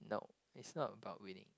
no it's not about winning